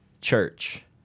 Church